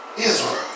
Israel